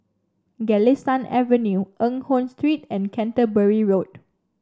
Galistan Avenue Eng Hoon Street and Canterbury Road